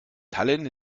tallinn